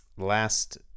last